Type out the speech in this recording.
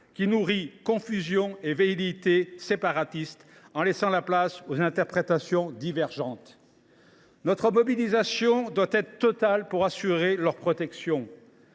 ci nourrit confusion et velléités séparatistes en laissant la place aux interprétations divergentes. Notre mobilisation doit être totale pour assurer leur protection.